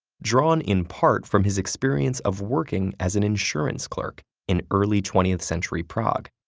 drawn in part from his experience of working as an insurance clerk in early twentieth century prague.